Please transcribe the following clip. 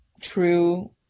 true